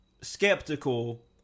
skeptical